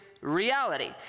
reality